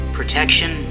protection